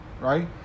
right